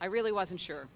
i really wasn't sure